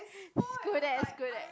screw that screw that